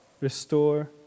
restore